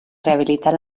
rehabilitar